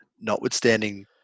notwithstanding